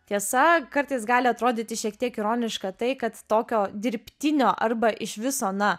tiesa kartais gali atrodyti šiek tiek ironiška tai kad tokio dirbtinio arba iš viso na